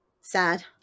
sad